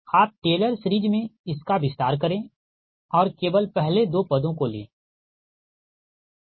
आप Taylor series में इसका विस्तार करें और केवल पहले 2 पदों को ले ठीक